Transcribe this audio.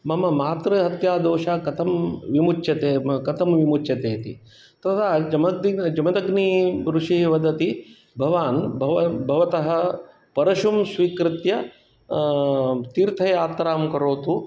मम मातृ हत्या दोषः कथं विमुच्यते कथं विमुच्यते इति तदा जमद् जमदग्नि ऋषि वदति भवान् भव भवतः परशुं स्वीकृत्य तीर्थयात्रां करोतु